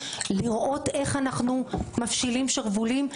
לראות איך אנחנו מפשילים שרוולים,